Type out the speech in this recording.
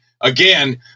again